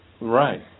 Right